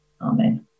Amen